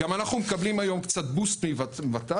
גם אנחנו מקבלים היום קצת בוסט מוות"ת,